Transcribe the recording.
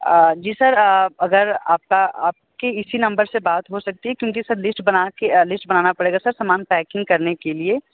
जी sir अगर आपका आपकी इसी नंबर से बात हो सकती है क्योंकि सर लिस्ट बना कर लिस्ट बनाना पड़ेगा सर समान पैकिंग करने के लिए